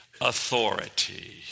authority